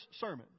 sermon